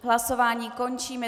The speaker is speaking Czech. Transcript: Hlasování končím.